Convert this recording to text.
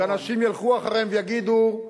שאנשים ילכו אחריהם ויגידו: